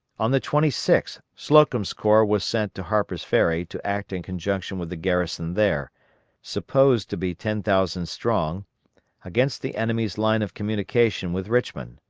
on the twenty sixth slocum's corps was sent to harper's ferry to act in conjunction with the garrison there supposed to be ten thousand strong against the enemy's line of communication with richmond.